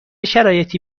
شرایطی